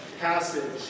passage